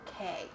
okay